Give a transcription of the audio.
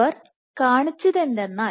അവർ കാണിച്ചത് എന്തെന്നാൽ